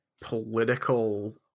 political